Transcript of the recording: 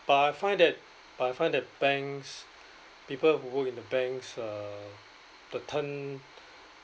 but I find that but I find that banks people who work in the banks uh the turn